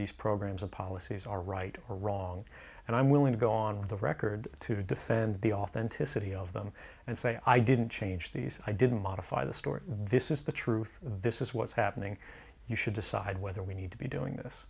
these programs and policies are right or wrong and i'm willing to go on the record to defend the authenticity of them and say i didn't change these i didn't modify the story this is the truth this is what's happening you should decide whether we need to be doing this